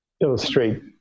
illustrate